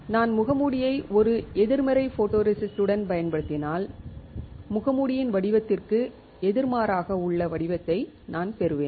நான் முகமூடியை ஒரு எதிர்மறை ஃபோட்டோரெசிஸ்ட் உடன் பயன்படுத்தினால் முகமூடியின் வடிவத்திற்கு எதிர்மாறாக உள்ள வடிவத்தை நான் பெறுவேன்